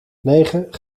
negen